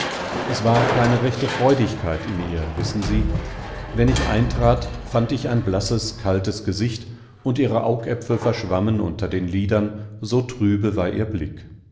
es war keine rechte freudigkeit in ihr wissen sie wenn ich eintrat fand ich ein blasses kaltes gesicht und ihre augäpfel verschwammen unter den lidern so trübe war ihr blick